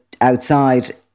outside